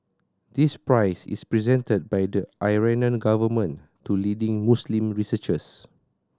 this prize is presented by the Iranian government to leading Muslim researchers